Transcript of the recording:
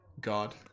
god